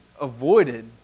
avoided